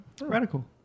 radical